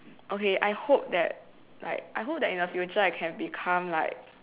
okay I hope that like I hope that in the future I can become like